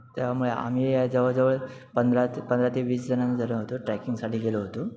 त्यामुळे आम्ही जवळजवळ पंधरा पंधरा ते वीस जनान धरून होतो आणि ट्रॅकिंगसाठी गेलो होतो